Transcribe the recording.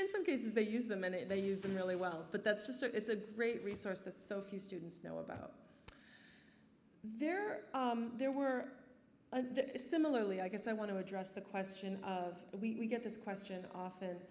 in some cases they use the minute they use them really well but that's just it's a great resource that so few students know about there are there were a similarly i guess i want to address the question of we get this question often